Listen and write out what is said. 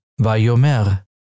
Vayomer